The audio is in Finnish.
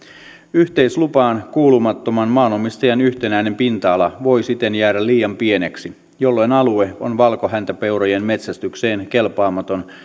yhteislupaan kuulumattoman maanomistajan yhtenäinen pinta ala voi siten jäädä liian pieneksi jolloin alue on valkohäntäpeurojen metsästykseen kelpaamaton